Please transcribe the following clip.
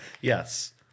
Yes